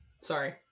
sorry